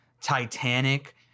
Titanic